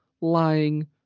lying